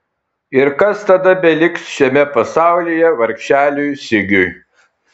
ir kas tada beliks šiam pasaulyje vargšeliui sigiui